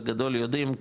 בגדול יודעים,